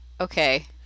okay